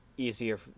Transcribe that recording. easier